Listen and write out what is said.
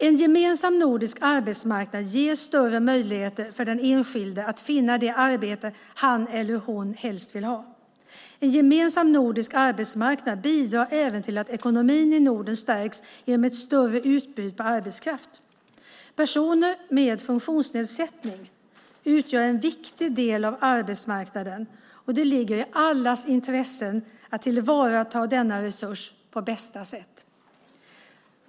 En gemensam nordisk arbetsmarknad ger större möjligheter för den enskilde att finna det arbete han eller hon helst vill ha. En gemensam nordisk arbetsmarknad bidrar även till att ekonomin i Norden stärks genom ett större utbud på arbetskraft. Personer med funktionsnedsättning utgör en viktig del av arbetsmarknaden, och det ligger i allas intresse att tillvarata denna resurs på bästa sätt.